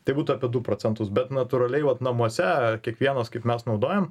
tai būtų apie du procentus bet natūraliai vat namuose kiekvienas kaip mes naudojam